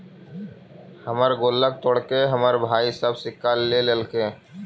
हमर गुल्लक तोड़के हमर भाई सब सिक्का ले लेलके